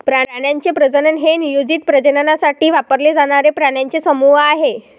प्राण्यांचे प्रजनन हे नियोजित प्रजननासाठी वापरले जाणारे प्राण्यांचे समूह आहे